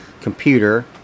computer